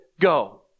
go